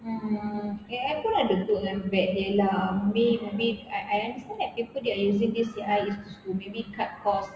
um A_I pun ada good and bad dia lah maybe maybe I understand that people they are using this A_I is to maybe cut cost